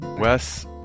Wes